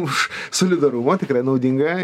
už solidarumą tikrai naudinga